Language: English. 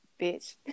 bitch